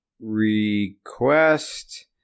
Request